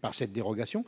par cette dérogation,